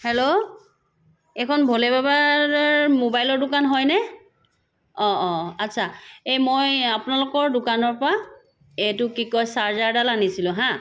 hello এইখন ভ'লে বাবাৰ মোবাইলৰ দোকান হয়নে অ' অ' আচ্ছা এ মই আপোনালোকৰ দোকানৰ পৰা এইটো কি কয় চাৰ্জাৰ এডাল আনিছিলো হা